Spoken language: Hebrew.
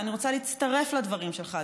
ואני רוצה להצטרף לדברים שלך,